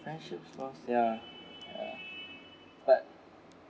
friendships lost ya but